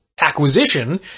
acquisition